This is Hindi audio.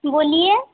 बोलिये